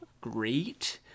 great